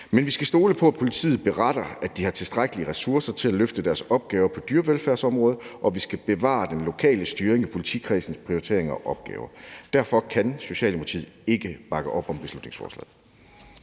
Men vi skal stole på det, når politiet beretter, at de har tilstrækkelige ressourcer til at løfte deres opgave på dyrevelfærdsområdet, og vi skal bevare den lokale styring i politikredsenes prioritering af opgaver. Derfor kan Socialdemokratiet ikke bakke op om beslutningsforslaget.